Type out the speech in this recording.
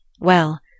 Well